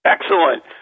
Excellent